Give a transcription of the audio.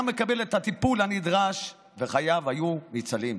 הוא היה מקבל את הטיפול הנדרש וחייו היו ניצלים.